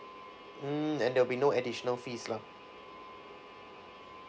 mm and there will be no additional fees lah